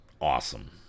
awesome